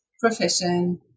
profession